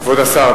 כבוד השר,